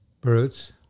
Birds